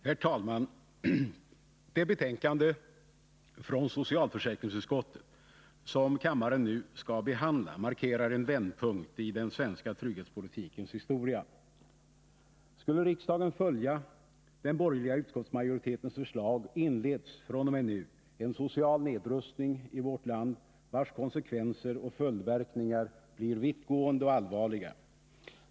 Herr talman! Det betänkande från socialförsäkringsutskottet som kammaren nu skall behandla markerar en vändpunkt i den svenska trygghetspolitikens historia. Skulle riksdagen följa den borgerliga utskottsmajoritetens förslag, inleds fr.o.m. nu en social nedrustning i vårt land, vars konsekvenser och följdverkningar blir vittgående och allvarliga.